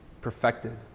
perfected